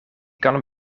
kan